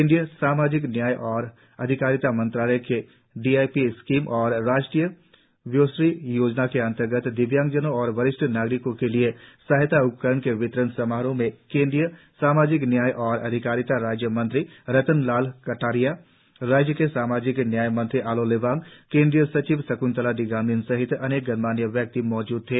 केंद्रीय सामाजिक न्याय और अधिकारिता मंत्रालय के डी आई पी स्कीम और राष्ट्रीय वयोश्री योजना के अंतर्गत दिव्यांजनों और वरिष्ठ नागरिकों के लिए सहायता उपकरणों के वितरण समारोह में केंद्रीय सामाजिक न्याय और अधिकारिता राज्य मंत्री रतन लाल कटारिया राज्य के सामाजिक न्याय मंत्री आलो लिबांग केंद्रीय सचिव शक्ंतला डीगामलिन सहित अनेक गणमान्य व्यक्ति मौजूद थे